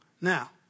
Now